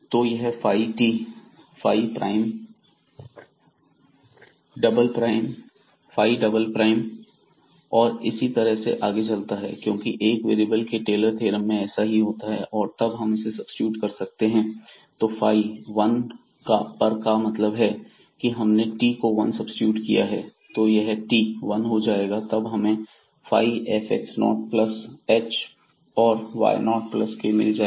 तो यह phi t phi prime phi double prime और इसी तरह से आगे चलता है क्योंकि एक वेरिएबल के टेलर थ्योरम में ऐसा ही होता है और तब हम इसे सब्सीट्यूट कर सकते हैं तो फाई 1 पर का मतलब है कि हमने t को वन सब्सीट्यूट किया है तो यह t 1 हो जाएगा तब हमें फाई fx0 प्लस h और y0 प्लस k मिल जाएगा